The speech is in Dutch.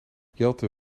jelte